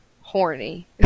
horny